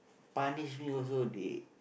punish me also they